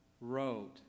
wrote